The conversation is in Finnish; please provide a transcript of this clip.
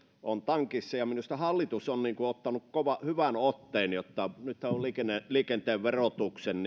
on tankissa minusta hallitus on ottanut hyvän otteen nythän on käynnistetty liikenteen verotuksen